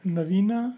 Navina